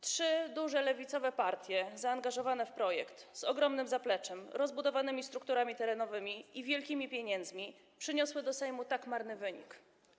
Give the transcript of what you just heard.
Trzy duże lewicowe partie zaangażowane w projekt, z ogromnym zapleczem, rozbudowanymi strukturami terenowymi i wielkimi pieniędzmi, przyniosły do Sejmu tak marny wynik.